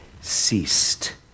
ceased